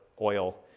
oil